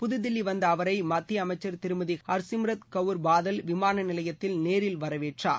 புதுதில்லி வந்த அவரை மத்திய அமைச்சர் திருமதி ஹர்சிம்ரத் கவுர் பாதல் விமான நிலையத்தில் நேரில் வரவேற்றார்